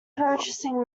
purchasing